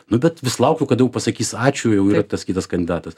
nu bet vis laukiau kada jau pasakys ačiū jau tas kitas kandidatas